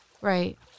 Right